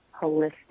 holistic